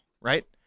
right